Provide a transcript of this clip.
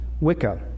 Wicca